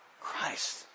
Christ